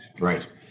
right